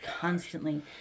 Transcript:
constantly